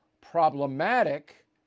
problematic